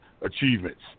achievements